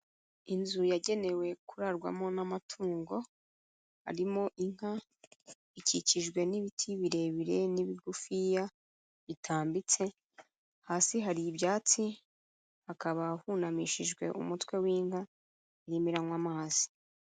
Inzu yagenewe kurarwamo n'amatungo harimo inka, ikikijwe n'ibiti birebire n'ibigufiya bitambitse, hasi hari ibyatsi hakaba hunamishijwe umutwe w'inka irimo iranywa amazi.